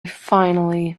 finally